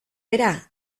bera